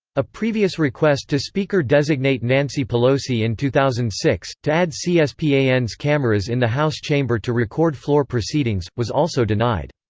a previous request to speaker designate nancy pelosi in two thousand and six, to add c-span's cameras in the house chamber to record floor proceedings, was also denied.